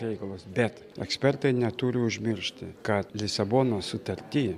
reikalus bet ekspertai neturi užmiršti kad lisabonos sutarty